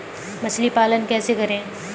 मछली पालन कैसे करें?